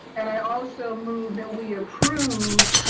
and i also move and we approve